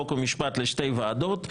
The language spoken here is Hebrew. חוק ומשפט לשתי ועדות,